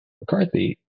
McCarthy